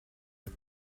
the